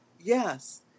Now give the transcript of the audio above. Yes